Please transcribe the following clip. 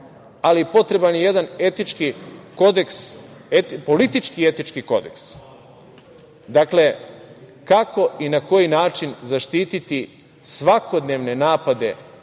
Ali, potreban je jedan etički kodeks, politički etički kodeks, dakle, kako i na koji način zaštititi svakodnevne napade